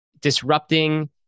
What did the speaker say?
disrupting